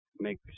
Make